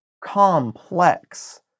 complex